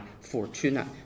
fortuna